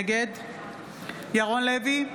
נגד ירון לוי,